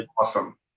Awesome